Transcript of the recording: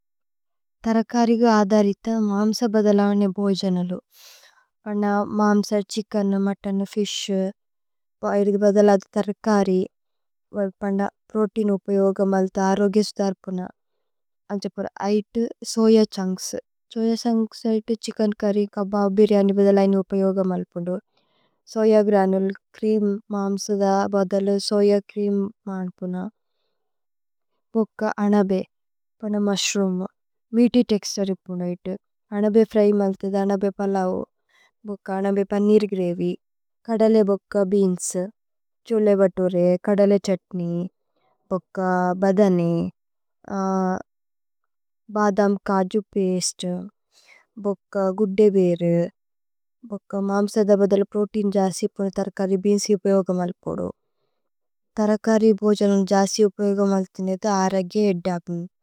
ഥരകരി ഗ ആധരിഥ മാമ്സ ബദലാനേ ബോജനലു। പന്ന മാമ്സ, ഛിച്കേന്, മുത്തോന്, ഫിശ്, പോ ഐരുദു। ബദലാദു ഥരകരി വല് പന്ന പ്രോതേഇന് ഉപയോഗമലിഥ। അരോഗേസുദരപുന അന്ഛ പുര soya chunks soya chunks. Chicken curry kebab biryani ബദലാനേ ഉപയോഗമലിപുന്ദു। സോയ ഗ്രനുലേ ച്രേഅമ് മാമ്സദ ബദല സോയ। ച്രേഅമ് മനിപുന ഭുക്ക അനബേ പന്ന മുശ്രൂമ്। മേഅത്യ് തേക്സ്തുരേ ഉപുനൈതു അനബേ ഫ്ര്യ് മനിഥിഥ അനബേ। പലൌ ബുക്ക അനബേ പനീര് ഗ്രവ്യ് കദലേ ബുക്ക ബേഅന്സ്। ഛോലേ ഭതുരേ കദലേ ഛുത്നേയ് ബുക്ക ബദനേ ബദമ് കജു। പസ്തേ ബുക്ക ഗുദ്ദേ വേരു ബുക്ക മാമ്സദ ബദല പ്രോതേഇന്। ജസി ഉപുന ഥരകരി ബേഅന്സ് ഉപയോഗമലിപുദു ഥരകരി। ഭോജനു ജസി ഉപയോഗമലിഥ അരോഗേസുദരപുന।